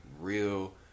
real